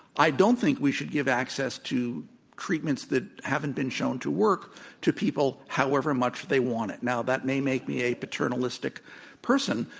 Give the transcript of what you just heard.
i don't think we should give access to treatments that haven't been shown to work to people, however much they want it. now, that may make me a paternalistic person,